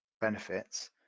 benefits